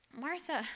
martha